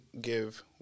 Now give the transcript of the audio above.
give